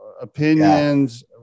opinions